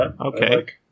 Okay